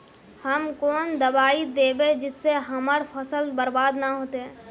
हम कौन दबाइ दैबे जिससे हमर फसल बर्बाद न होते?